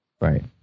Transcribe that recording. Right